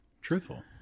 truthful